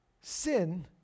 sin